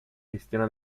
cristiana